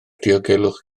diogelwch